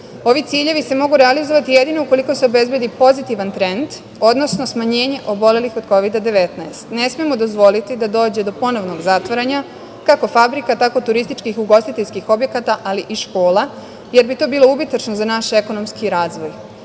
ovi ciljevi se mogu realizovati jedino ukoliko se obezbedi pozitivan trend, odnosno smanjenje obolelih od Kovid-19. Ne smemo dozvoliti da dođe do ponovnog zatvaranja, kako fabrika, tako turističkih, ugostiteljskih objekata, ali i škola, jer bi to bilo ubitačno za naš ekonomski razvoj.